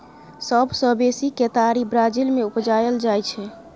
सबसँ बेसी केतारी ब्राजील मे उपजाएल जाइ छै